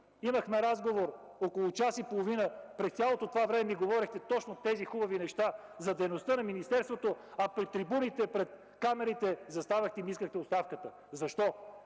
имахме разговор около час и половина. През цялото това време ми говорихте точно тези хубави неща – за дейността на министерството, а пред трибуните, пред камерите заставахте и ми искахте оставката. Защо?